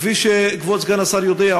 כפי שכבוד סגן השר יודע,